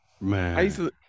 man